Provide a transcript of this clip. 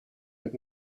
and